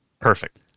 Perfect